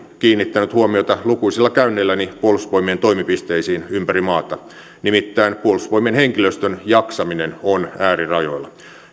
kiinnittänyt huomiota lukuisilla käynneilläni puolustusvoimien toimipisteissä ympäri maata nimittäin puolustusvoimien henkilöstön jaksaminen on äärirajoilla